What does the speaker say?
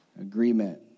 agreement